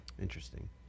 Interesting